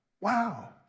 Wow